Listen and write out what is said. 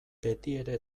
betiere